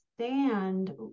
understand